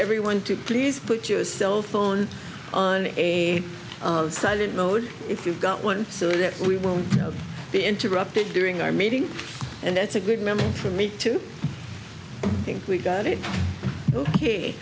everyone to please put your cell phone on a silent mode if you've got one so that we won't be interrupted during our meeting and that's a good memory for me to think we've got it ok